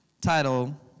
title